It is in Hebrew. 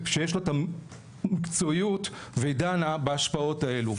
שיש לה את המקצועיות ודנה בהשפעות האלה.